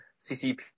CCP